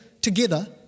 together